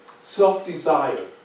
self-desire